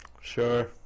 Sure